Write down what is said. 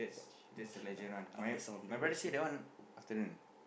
that's a legend one my my brother say that one afternoon